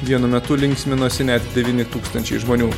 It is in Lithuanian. vienu metu linksminosi net devyni tūkstančiai žmonių